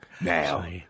Now